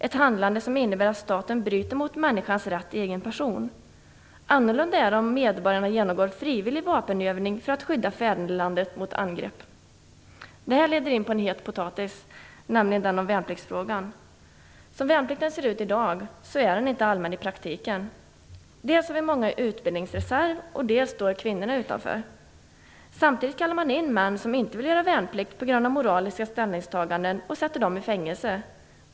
Ett handlande som innebär att staten bryter mot människans rätt i egen person. Annorlunda är det om medborgarna genomgår frivillig vapenövning för att skydda fädernelandet mot angrepp." Detta leder in på en het potatis, nämligen värnpliktsfrågan. Som värnplikten ser ut i dag är den i praktiken inte allmän. Dels har vi många i utbildningsreserven, dels står kvinnorna utanför. Samtidigt kallar man in män som på grund av moraliska ställningstaganden inte vill göra värnplikt och sätter dem i fängelse.